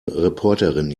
reporterin